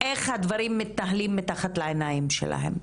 איך הדברים מתנהלים מתחת לעיניים שלהם.